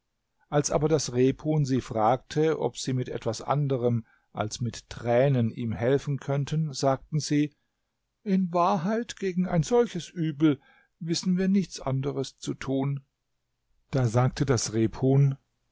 als aber das rebhuhn sie fragte ob sie mit etwas anderem als mit tränen ihm helfen könnten sagten sie in wahrheit gegen ein solches übel wissen wir nichts anderes zu tun da sagte das rebhuhn